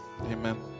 Amen